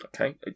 Okay